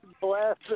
bless